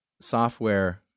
software